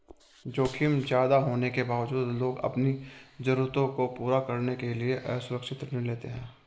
जोखिम ज्यादा होने के बावजूद लोग अपनी जरूरतों को पूरा करने के लिए असुरक्षित ऋण लेते हैं